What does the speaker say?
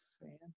fan